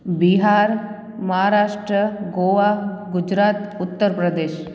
Bihar Maharashtra Goa Gujarat Uttar Pradesh